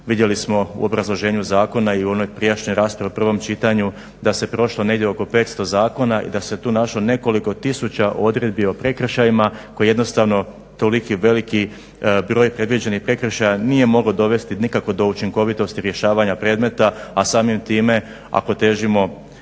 Vidjeli smo u obrazloženju zakona i u onoj prijašnjoj raspravi u prvom čitanju da se prošlo negdje oko 500 zakona i da se tu našlo nekoliko tisuća odredbi o prekršajima koje jednostavno toliki veliki broj predviđenih prekršaja nije mogao dovesti nikako do učinkovitosti rješavanja predmeta a samim time ako težimo